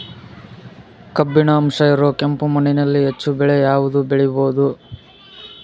ಕಬ್ಬಿಣದ ಅಂಶ ಇರೋ ಕೆಂಪು ಮಣ್ಣಿನಲ್ಲಿ ಹೆಚ್ಚು ಬೆಳೆ ಯಾವುದು ಬೆಳಿಬೋದು?